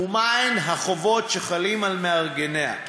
ומה הן החובות החלות על מארגניה.